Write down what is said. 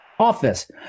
office